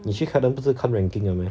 你去 Kaplan 不是看 ranking 的 meh